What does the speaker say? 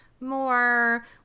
more